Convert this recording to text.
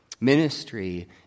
Ministry